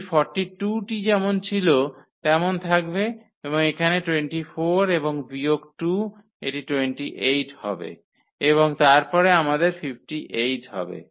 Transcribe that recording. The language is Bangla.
এই 42 টি যেমন ছিল তেমন থাকবে এবং এখানে 24 এবং বিয়োগ 2 এটি 28 হবে এবং তারপরে আমাদের 58 হবে